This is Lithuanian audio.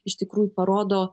iš tikrųjų parodo